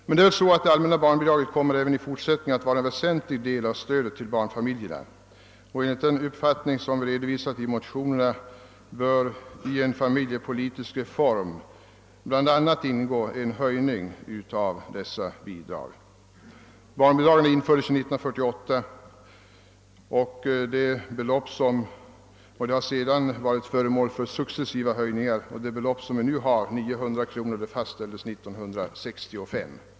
Men det allmänna barnbidraget kommer även i fortsättningen att vara en väsentlig del av stödet till barnfamiljerna. Enligt de uppfattningar som redovisats i våra motioner bör i en fa miljepolitisk reform bl.a. ingå en höjning av detta bidrag. Barnbidragen infördes 1948 och har sedan dess successivt höjts. Det nuvarande beloppet — 900 kronor — fastställdes 1965.